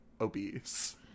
obese